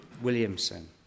Williamson